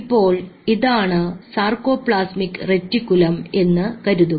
ഇപ്പോൾ ഇതാണ് sarcoplasmic reticulum എന്ന് കരുതുക